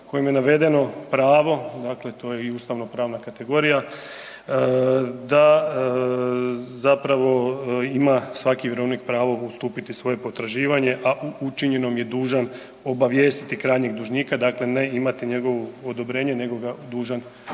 kojim je navedeno pravo, dakle to je i ustavnopravna kategorija, da zapravo ima svaki vjerovnik pravo ustupiti svoje potraživanje, a o učinjenom je dužan obavijestiti krajnjeg dužnika, dakle ne imati njegovo odobrenje nego ga dužan po